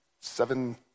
seven